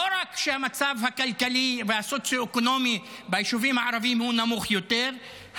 לא רק שהמצב הכלכלי והסוציו-אקונומי ביישובים הערביים הוא נמוך יותר,